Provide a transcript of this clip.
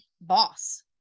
boss